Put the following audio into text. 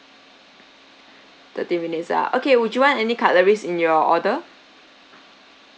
thirty minutes ah okay would you want any cutleries in your order